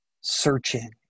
searching